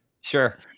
sure